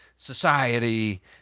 society